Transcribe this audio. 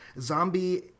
zombie